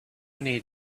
need